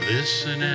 Listen